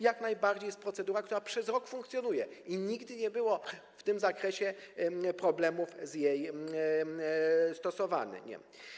Jak najbardziej jest procedura, która przez rok funkcjonuje, i nigdy nie było w tym zakresie problemów z jej stosowaniem.